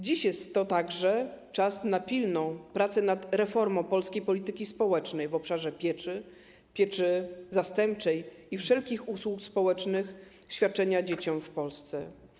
Dziś jest to także czas na pilną pracę nad reformą polskiej polityki społecznej w obszarze pieczy, pieczy zastępczej i wszelkich usług społecznych świadczonych dzieciom w Polsce.